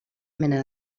mena